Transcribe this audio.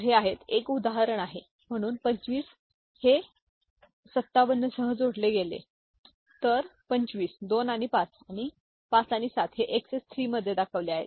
तर हे हे आहेत हे एक उदाहरण आहे म्हणून 25 हे 57 सह जोडले गेले आहे तर 25 2 आणि 5 आणि 5 आणि 7 हे एक्सएस 3 मध्ये दर्शविलेले आहेत